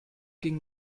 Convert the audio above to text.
ging